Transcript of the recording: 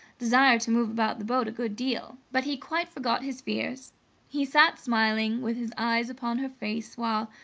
desire to move about the boat a good deal. but he quite forgot his fears he sat smiling, with his eyes upon her face, while,